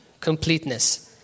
completeness